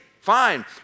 fine